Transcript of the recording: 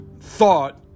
thought